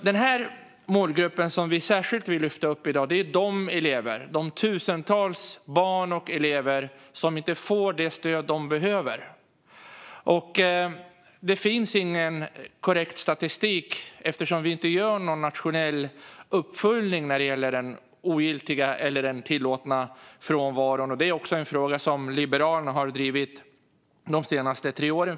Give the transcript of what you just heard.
Den målgrupp som vi särskilt vill lyfta upp i dag är de tusentals barn och elever som inte får det stöd de behöver. Det finns ingen korrekt statistik, eftersom det inte görs någon nationell uppföljning när det gäller den ogiltiga eller den tillåtna frånvaron. Detta, fru talman, är också en fråga som Liberalerna har drivit de senaste tre åren.